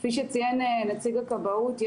כפי שציין נציג הכבאות,